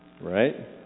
Right